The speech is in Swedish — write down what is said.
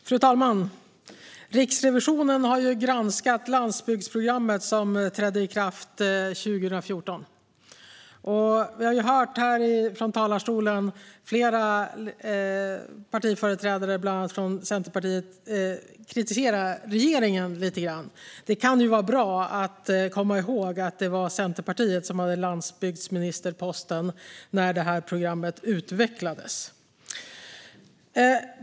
Fru talman! Riksrevisionen har granskat landsbygdsprogrammet, som trädde i kraft 2014. Vi har från talarstolen hört flera partiföreträdare, bland annat från Centerpartiet, kritisera regeringen lite grann. Det kan vara bra att komma ihåg att det var Centerpartiet som hade landsbygdsministerposten när programmet utvecklades.